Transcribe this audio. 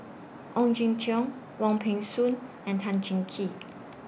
Ong Jin Teong Wong Peng Soon and Tan Cheng Kee